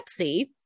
Pepsi